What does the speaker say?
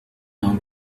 down